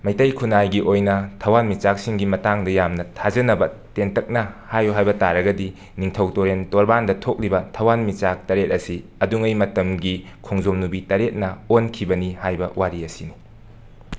ꯃꯩꯇꯩ ꯈꯨꯟꯅꯥꯏꯒꯤ ꯑꯣꯏꯅ ꯊꯋꯥꯟꯃꯤꯆꯥꯛꯁꯤꯡꯒꯤ ꯃꯇꯥꯡꯗ ꯌꯥꯝꯅ ꯊꯥꯖꯅꯕ ꯇꯦꯟꯇꯛꯅ ꯍꯥꯏꯌꯨ ꯍꯥꯏꯕ ꯇꯥꯔꯒꯗꯤ ꯅꯤꯡꯊꯧ ꯇꯣꯔꯦꯟ ꯇꯣꯔꯕꯥꯟꯗ ꯊꯣꯛꯂꯤꯕ ꯊꯋꯥꯟꯃꯤꯆꯥꯛ ꯇꯔꯦꯠ ꯑꯁꯤ ꯑꯗꯨꯉꯩ ꯃꯇꯝꯒꯤ ꯈꯣꯡꯖꯣꯝ ꯅꯨꯕꯤ ꯇꯔꯦꯠꯅ ꯑꯣꯟꯈꯤꯕꯅꯤ ꯍꯥꯏꯕ ꯋꯥꯔꯤ ꯑꯁꯤꯅꯤ